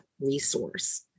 resource